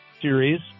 series